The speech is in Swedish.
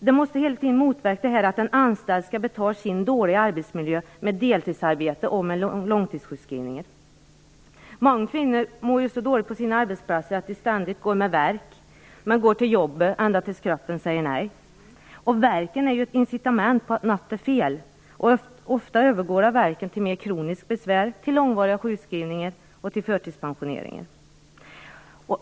Vi måste motverka detta att en anställd skall betala sin dåliga arbetsmiljö med deltidsarbete och långtidssjukskrivningar. Många kvinnor mår ju så dåligt på sina arbetsplatser att de ständigt går med värk. Men de går ändå till jobbet ända tills kroppen säger nej. Värken är en indikation på att något är fel. Ofta övergår värken till mer kroniska besvär, till långvariga sjukskrivningar och till förtidspensionering.